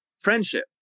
friendship